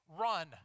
run